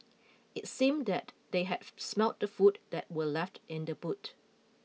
it seemed that they had smelt the food that were left in the boot